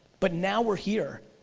but now we're here.